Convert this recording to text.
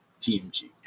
tmg